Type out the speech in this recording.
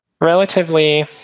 relatively